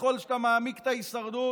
ככל שאתה מעמיק את ההישרדות,